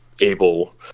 able